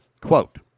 Quote